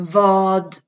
vad